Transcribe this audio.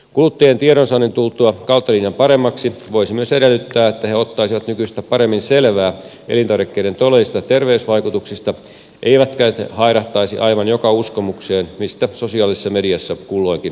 kuluttajien tiedonsaannin tultua kautta linjan paremmaksi voisi myös edellyttää että he ottaisivat nykyistä paremmin selvää elintarvikkeiden todellisista terveysvaikutuksista eivätkä hairahtaisi aivan joka uskomukseen mistä sosiaalisessa mediassa kulloinkin hehkutetaan